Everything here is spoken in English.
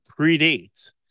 predates